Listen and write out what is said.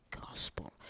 Gospel